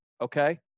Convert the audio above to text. okay